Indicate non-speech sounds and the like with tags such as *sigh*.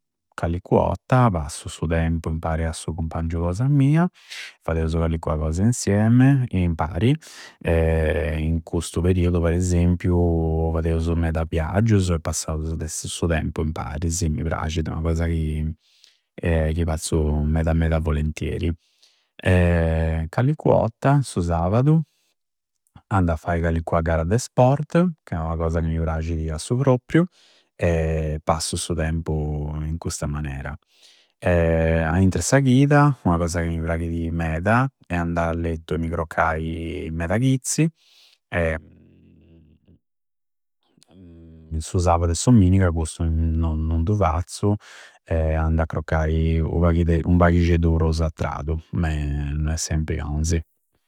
Callincu otta passu su tempu impari a su cumpangiu cosa mia. Fadeusu callincua cosa insieme, impari. *hesitation* In custu periudu po esempiu fadeusu meda viaggiusu e passusu de su tempu impari. Mi prascidi. Ua cosa chi fazzu meda meda volentieri. *hesitation* Callincu otta, su sabudu, andu a fai callincua gara de sport, ca è ua cosa ca mi prscidi a su propriu *hesitation* passu su tempu in custa manera. *hesitation* A intra e sa chida ua cosa ca mi prascidi meda è andai a lettu e mi croccai meda chizzi. *hesitation* In su sabudu e s'omminga custu non du fazzu e andu a croccai u paghide, u paghisceddu prus a tradu, me no è sempri onsi.